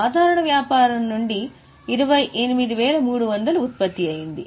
సాధారణ వ్యాపారం నుండి 28300 ఉత్పత్తి అయ్యింది